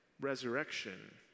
resurrection